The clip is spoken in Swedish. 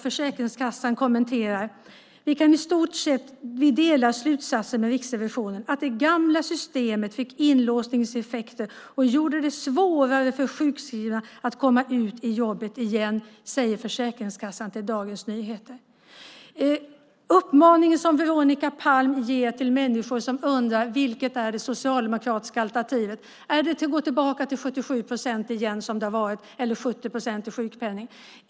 Försäkringskassan kommenterar den med: Vi delar slutsatsen av Riksrevisionen att det gamla systemet fick inlåsningseffekter och gjorde det svårare för sjukskrivna att komma in i jobbet igen. Det säger Försäkringskassan till Dagens Nyheter. Veronica Palm ger en uppmaning till de människor som undrar vilket som är det socialdemokratiska alternativet. Är det att gå tillbaka till 77 procent som det varit eller 70 procent i sjukpenning?